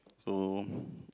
so